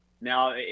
now